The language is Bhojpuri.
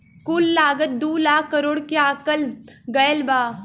कुल लागत दू लाख करोड़ के आकल गएल बा